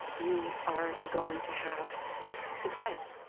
you are going to have success.